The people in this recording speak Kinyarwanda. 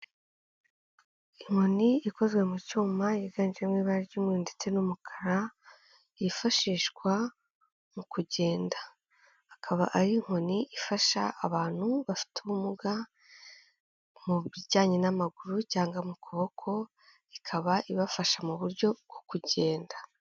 Inkoni ikozwe mu cyuma yiganjemo ibara ry'umweru ndetse n'umukara, yifashishwa mu kugenda, akaba ari inkoni ifasha abantu bafite ubumuga mu bijyanye n'amaguru cyangwa mu kuboko, ikaba ibafasha mu buryo bwo kugenda.